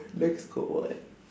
nex got what